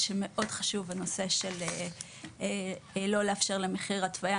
מאוד חשוב לא לאפשר מחיר התוויה.